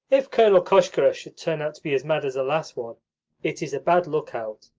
if colonel koshkarev should turn out to be as mad as the last one it is a bad look-out,